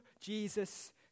Jesus